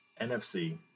NFC